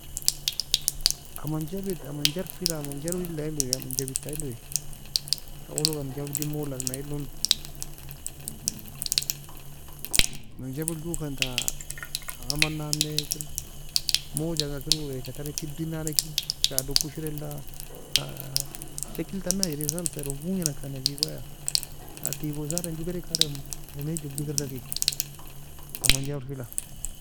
Aman jabid, aman jurfi la, aman jaluid la, elo uoe aman jabid, ta elo uoe tawoe log aman jabdi molo agna eilo. aman jabid joekan ta aman nan ne kir موجا ga kir wer wer tala tibid en nan ne kir shado ka ushri la شكل tan ashri خالص eron gonga nakan ajebaiea fa teagosa adem joe kedeka adem uonai jobikerda kie aman julfi la